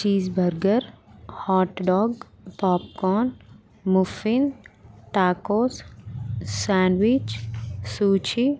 cheese burger hot dog popcorn muffin tacos sandwich sushi